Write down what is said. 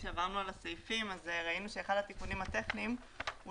וכשעברנו על הסעיפים ראינו שאחד התיקונים הטכניים הוא